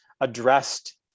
addressed